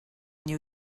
new